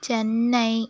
Chennai